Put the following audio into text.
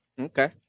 Okay